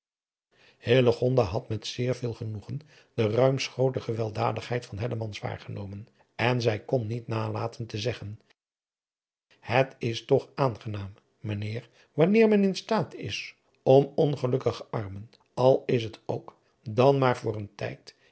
had met zeer veel genoegen de ruimschotige weldadigheid van hellemans waargenomen en zij kon niet nalaten te zeggen het is toch aangenaam mijn heer wanneer men in staat is om ongelukkige armen al is het ook dan maar voor een tijd